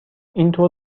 اینطور